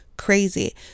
crazy